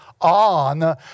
on